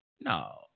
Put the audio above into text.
No